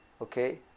okay